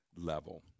level